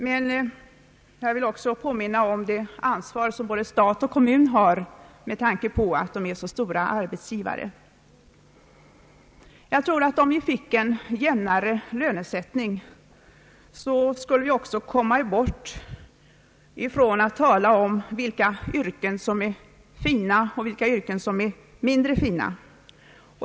Men jag vill också påminna om det ansvar som både stat och kommun har med tanke på att de är så stora arbetsgivare. Om det genomfördes en jämnare lönesältning, skulle vi också komma bort från talet om vilka yrken som är fina och vilka yrken som är mindre fina.